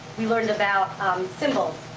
we learned about symbols.